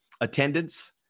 attendance